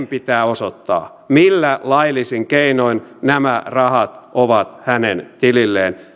pitää osoittaa millä laillisin keinoin nämä rahat ovat hänen tililleen